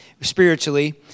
spiritually